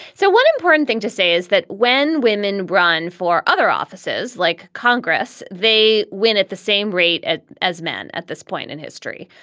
so one important thing to say is that when women run for other offices like congress, they win at the same rate as men. at this point in history.